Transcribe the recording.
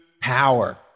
power